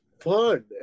fun